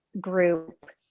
group